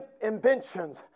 inventions